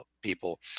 people